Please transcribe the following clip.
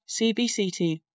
CBCT